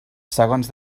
segons